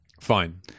Fine